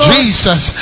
Jesus